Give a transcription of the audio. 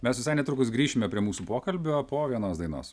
mes visai netrukus grįšime prie mūsų pokalbio po vienos dainos